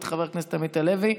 את חבר הכנסת עמית הלוי,